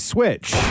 Switch